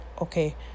okay